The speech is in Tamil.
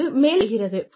இது மேல்நோக்கி செல்கிறது